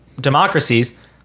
democracies